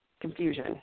confusion